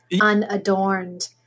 unadorned